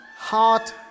Heart